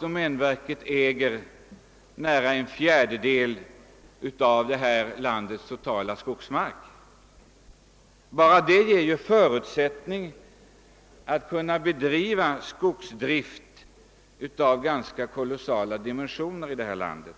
Domänverket äger nära en fjärdedel av landets totala skogsmark. Bara det ger förutsättning för en skogsdrift av ganska kolossala dimensioner, något